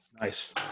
Nice